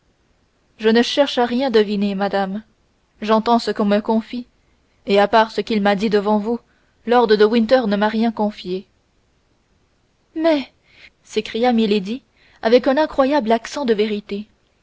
je ne cherche à rien deviner madame j'attends qu'on me confie et à part ce qu'il m'a dit devant vous lord de winter ne m'a rien confié mais s'écria milady avec un incroyable accent de vérité